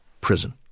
prison